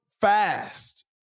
fast